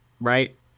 right